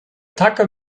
tacker